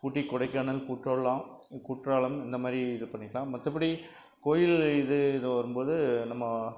ஊட்டி கொடைக்கானல் குற்றாலாம் குற்றாலம் இந்தமாதிரி இது பண்ணிக்கலாம் மற்றபடி கோயில் இது வரும்போது நம்ம